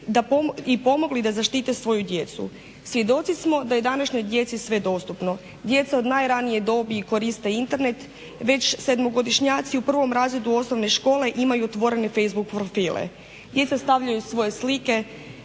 i pomogli da zaštite svoju djecu. Svjedoci smo da je današnjoj djeci sve dostupno. Djeca od najranije dobi koriste Internet. Već sedmogodišnjaci u prvom razredu osnovne škole imaju otvorene facebook profile. Djeca stavljaju svoje slike,